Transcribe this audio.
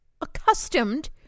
accustomed